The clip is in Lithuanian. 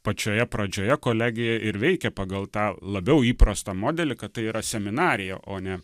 pačioje pradžioje kolegija ir veikia pagal tą labiau įprastą modelį kad tai yra seminarija o ne